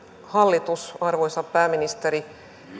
hallitus arvoisa pääministeri